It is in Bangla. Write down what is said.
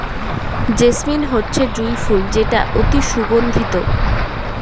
জেসমিন হচ্ছে জুঁই ফুল যেটা অতি সুগন্ধিত